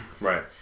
Right